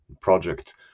project